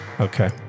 Okay